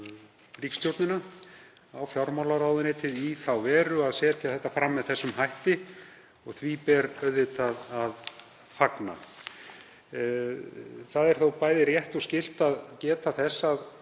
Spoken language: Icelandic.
á fjármálaráðuneytið, í þá veru að setja þetta fram með þessum hætti og því ber auðvitað að fagna. Það er bæði rétt og skylt að geta þess að